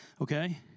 Okay